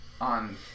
on